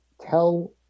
tell